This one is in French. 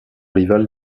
rival